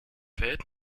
welt